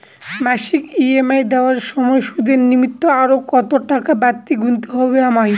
মাসিক ই.এম.আই দেওয়ার সময়ে সুদের নিমিত্ত আরো কতটাকা বাড়তি গুণতে হবে আমায়?